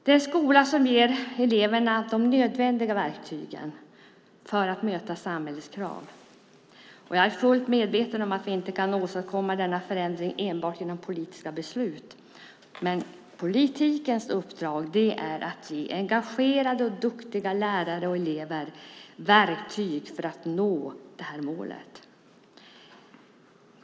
Det är en skola som ger eleverna de nödvändiga verktygen för att möta samhällets krav. Jag är fullt medveten om att vi inte kan åstadkomma denna förändring enbart genom politiska beslut, men politikens uppdrag är att ge engagerade och duktiga lärare och elever verktyg för att nå detta mål.